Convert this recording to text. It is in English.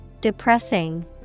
Depressing